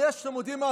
אתם יודעים מה,